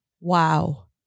Wow